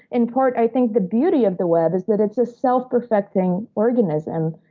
in part, i think, the beauty of the web is that it's a self-perfecting organism.